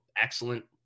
excellent